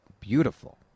beautiful